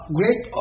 great